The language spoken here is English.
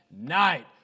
night